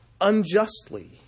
unjustly